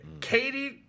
Katie